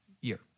year